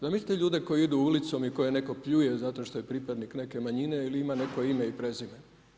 Zamislite ljude koji idu ulicom i koje netko pljuje zato što je pripadnik neke manjine ili ima neko ime i prezime?